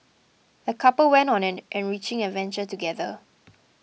the couple went on an enriching adventure together